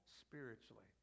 spiritually